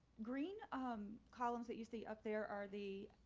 green um columns that you see up there are the